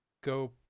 go